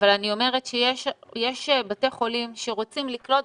אבל אני אומרת שיש בתי חולים שרוצים לקלוט,